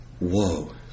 Whoa